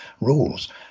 rules